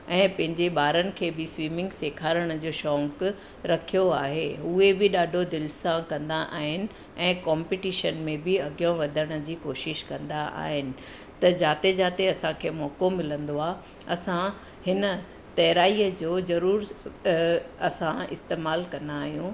ऐं पंहिंजे ॿारनि खे बि स्विमिंग सेखारण जो शौक़ु रखियो आहे उहे बि ॾाढो दिलि सां कंदा आहिनि ऐं कॉम्पिटीशन में बि अॻियां वधण जी कोशिश कंदा आहिनि त जिते जिते असांखे मौक़ो मिलंदो आहे असां हिन तैराईअ जो ज़रूरु असां इस्तमालु कंदा आहियूं